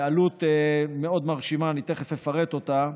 בעלות מאוד מרשימה, שאני תכף אפרט אותה,